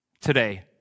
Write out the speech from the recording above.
today